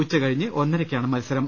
ഉച്ചകഴിഞ്ഞ് ഒന്നരയ്ക്കാണ് മത്സരം